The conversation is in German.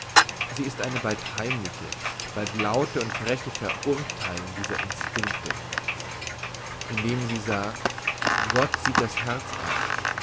sie ist eine bald heimliche bald laute und freche verurtheilung dieser instinkte indem sie sagt gott sieht das herz an